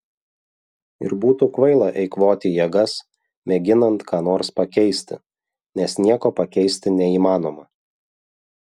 ir būtų kvaila eikvoti jėgas mėginant ką nors pakeisti nes nieko pakeisti neįmanoma